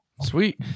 sweet